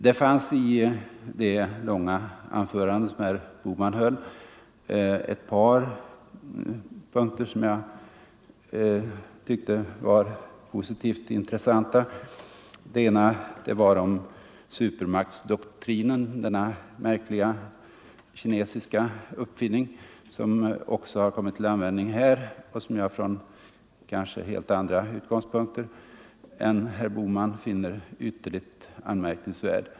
Det fanns i det långa anförande herr Bohman höll ett par punkter som jag tycker var positivt intressanta. Den ena behandlade supermaktsdoktrinen — denna märkliga kinesiska uppfinning, som också har kommit till användning här och som jag, från kanske helt andra utgångspunkter än herr Bohmans, finner ytterligt anmärkningsvärd.